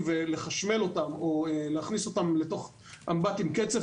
ולחשמל אותם או להכניס אותם לתוך אמבט עם קצף,